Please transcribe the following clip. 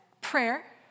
prayer